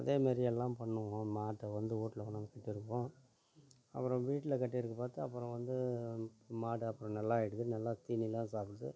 அதேமாரி எல்லாம் பண்ணுவோம் மாட்டை வந்து வீட்ல கொண்டு வந்து கட்டியிருப்போம் அப்புறம் வீட்டில் கட்டியிருக்கறத பார்த்து அப்புறம் வந்து மாடு அப்புறம் நல்லாயிடுது நல்லா தீனியெலாம் சாப்பிடுது